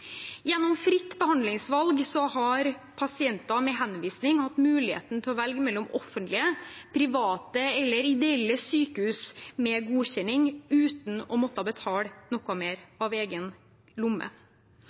Gjennom fritt behandlingsvalg har pasienter med henvisning hatt muligheten til å velge mellom offentlige, private og ideelle sykehus med godkjenning uten å måtte betale noe